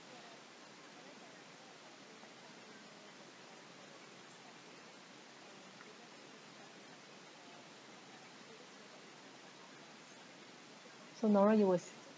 so nora it was